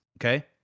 okay